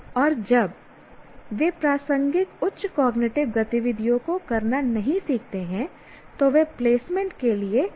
और जब वे प्रासंगिक उच्च कॉग्निटिव गतिविधियों को करना नहीं सीखते हैं तो वे प्लेसमेंट के लिए कम तैयार होते हैं